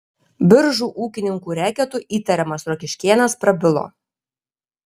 biržų ūkininkų reketu įtariamas rokiškėnas prabilo